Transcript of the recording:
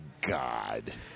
God